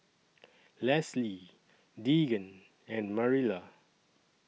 Leslee Deegan and Marilla